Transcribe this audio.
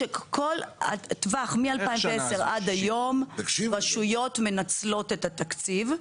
של כל הטווח מ-2010 עד היום רשויות מנצלות את התקציב.